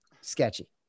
sketchy